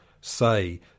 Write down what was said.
say